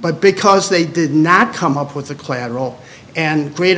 but because they did not come up with the clan role and creat